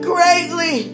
Greatly